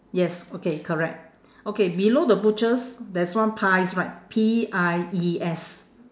yes okay correct okay below the butchers there's one pies right P I E S